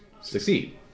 succeed